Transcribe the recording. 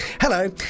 Hello